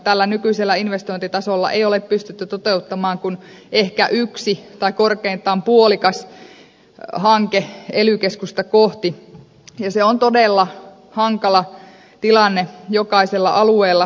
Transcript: tällä nykyisellä investointitasolla ei ole pystytty toteuttamaan kuin ehkä yksi tai korkeintaan puolikas hanke ely keskusta kohti ja se on todella hankala tilanne jokaisella alueella